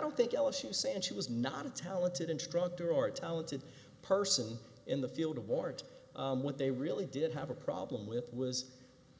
don't think ellis you say and she was not a talented and trotter or talented person in the field award what they really did have a problem with was